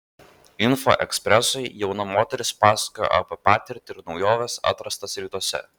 info ekspresui jauna moteris pasakojo apie patirtį ir naujoves atrastas rytuose